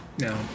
No